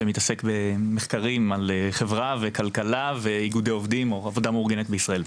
שמתעסק במחקרים על חברה וכלכלה ואיגודי עובדים או עבודה מאורגנת בישראל.